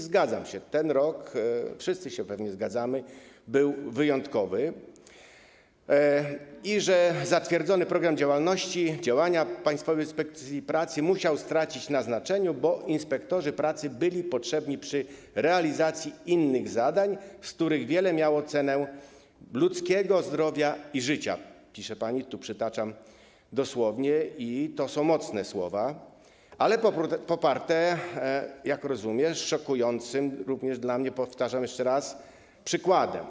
Zgadzam się, wszyscy pewnie się zgadzamy, że ten rok był wyjątkowy i że zatwierdzony program działania Państwowej Inspekcji Pracy musiał stracić na znaczeniu, bo inspektorzy pracy byli potrzebni przy realizacji innych zadań, z których wiele miało cenę ludzkiego zdrowia i życia, jak pani napisała, przytaczam dosłownie, i to są mocne słowa, ale poparte, jak rozumiem, szokującym również dla mnie, powtarzam jeszcze raz, przykładem.